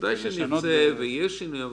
ודאי שנרצה לשמוע ויהיו שינויים,